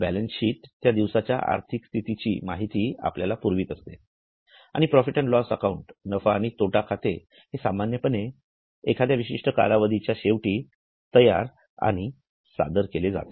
balance sheet त्या दिवसाच्या आर्थिक स्थितीची माहिती आपल्याला पुरवते आणि प्रॉफिट अँड लॉस अकाउंटनफा आणि तोटा खाते हे सामान्यपणे एखाद्या विशिष्ट कालावधीच्या शेवटी तयार आणि सादर केले जाते